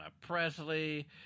Presley